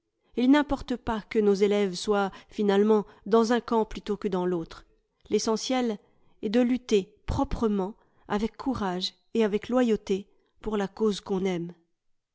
il n'importe pas que nos élèves soient finalement dans un camp plutôt que dans l'autre l'essentiel est de lutter pro gy prement avec courage et avec loyauté pour la cause qu'on aime